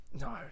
No